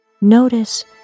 Notice